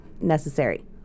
necessary